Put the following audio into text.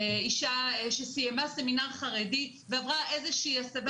אישה שסיימה סמינר חרדי ועברה איזושהי הסבה